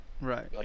right